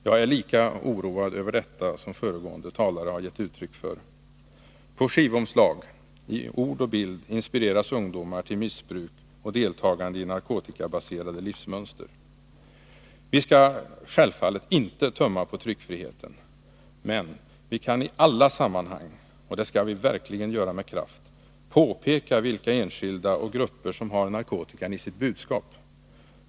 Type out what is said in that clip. Jag är lika oroad över detta som tidigare talare. På skivomslag, i ord och bild inspireras ungdomar till missbruk och deltagande i narkotikabaserade livsmönster. Vi skall självfallet inte tumma på tryckfriheten, men vi kan i alla sammanhang — och det skall vi verkligen göra med kraft — påpeka vilka enskilda och grupper som har narkotikan i sitt 183 budskap.